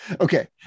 Okay